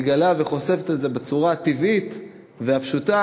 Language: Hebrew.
מגלה וחושפת את זה בצורה הטבעית והפשוטה,